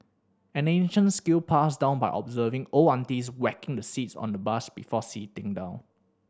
an ancient skill passed down by observing old aunties whacking the seats on the bus before sitting down